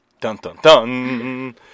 Dun-dun-dun